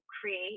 create